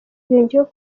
yongeyeho